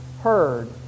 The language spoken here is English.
heard